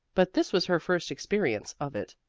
but this was her first experience of it.